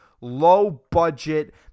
low-budget